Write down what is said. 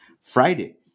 Friday